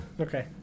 Okay